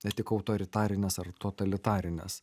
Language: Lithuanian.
ne tik autoritarines ar totalitarines